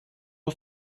who